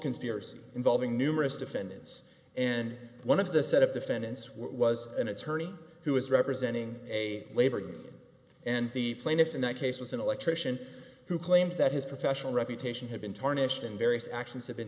conspiracy involving numerous defendants and one of the set of defendants was an attorney who was representing a labor union and the plaintiff in that case was an electrician who claimed that his professional reputation had been tarnished and various actions had been